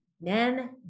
men